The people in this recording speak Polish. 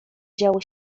działo